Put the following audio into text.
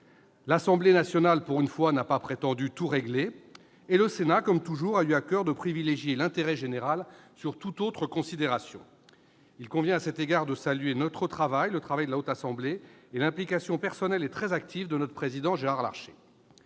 L'Assemblée nationale, pour une fois, n'a pas prétendu tout régler. Et le Sénat, comme toujours, a eu à coeur de privilégier l'intérêt général sur toute autre considération. Il convient, à cet égard, de saluer le travail de la Haute Assemblée et l'implication personnelle et très active de son président, Gérard Larcher.